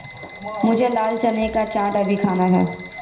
मुझे लाल चने का चाट अभी खाना है